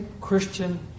Christian